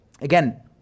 Again